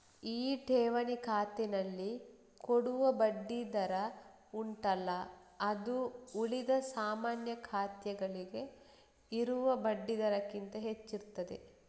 ಈ ಠೇವಣಿ ಖಾತೆನಲ್ಲಿ ಕೊಡುವ ಬಡ್ಡಿ ದರ ಉಂಟಲ್ಲ ಅದು ಉಳಿದ ಸಾಮಾನ್ಯ ಖಾತೆಗಳಿಗೆ ಇರುವ ಬಡ್ಡಿ ದರಕ್ಕಿಂತ ಹೆಚ್ಚಿರ್ತದೆ